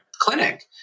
clinic